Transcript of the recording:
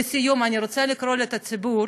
לסיום, אני רוצה לקרוא לציבור,